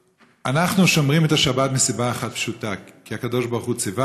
אנחנו שומרים את השבת מסיבה אחת פשוטה: כי הקדוש ברוך הוא ציווה